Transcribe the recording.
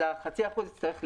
אז ה-0.5% יצטרך לגדול.